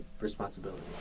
responsibility